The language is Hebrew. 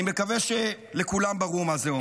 אני מקווה שלכולם ברור מה זה אומר.